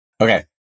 okay